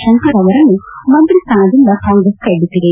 ಶಂಕರ್ ಅವರನ್ನು ಮಂತ್ರಿ ಸ್ಥಾನದಿಂದ ಕಾಂಗ್ರೆಸ್ ಕೈಬಿಟ್ಟದೆ